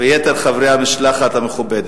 ויתר חברי המשלחת המכובדת.